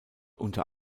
unter